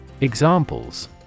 Examples